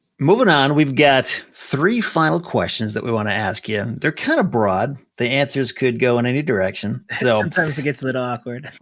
moving on, we've got three final questions that we wanna ask you. they're kind of broad, the answers could go in any direction, so sometimes it gets a bit awkward.